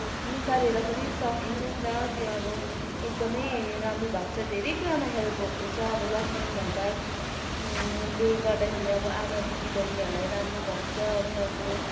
निकालेर पनि सकिन्छ नि त त्यो अब एकदमै राम्रो भएको छ धेरै कुरामा हेल्प भएको छ अब लक्ष्मी भण्डारले गर्दाखेरि अब आमा दिदी बहिनीहरूलाई राम्रो भएको छ उनीहरूको